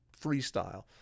freestyle